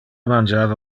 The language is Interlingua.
mangiava